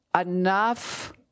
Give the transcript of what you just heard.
enough